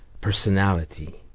personality